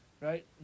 right